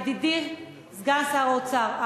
ידידי סגן שר האוצר,